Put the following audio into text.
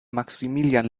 maximilian